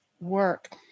work